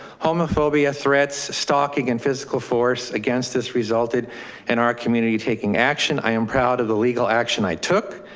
homophobia threats, stalking and physical force against this resulted in our community taking action. i am proud of the legal action i took.